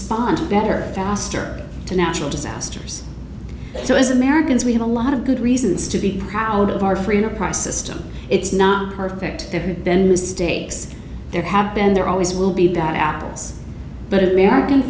respond better faster to natural disasters so as americans we have a lot of good reasons to be proud of our free enterprise system it's not perfect there have been mistakes there have been there always will be bad apples but american